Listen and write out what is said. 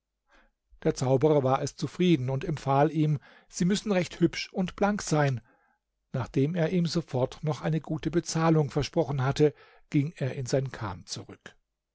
der zauberer war es zufrieden und empfahl ihm sie müssen recht hübsch und blank sein nachdem er ihm sofort noch eine gute bezahlung versprochen hatte ging er in sein chan zurück